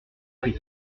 prie